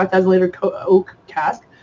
um thousand liter oak cask,